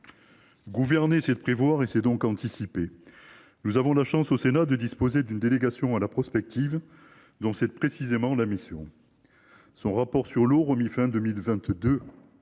Gouverner, c’est prévoir et c’est donc anticiper. Nous avons la chance au Sénat de disposer d’une délégation à la prospective dont c’est précisément la mission. Son rapport d’information